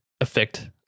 affect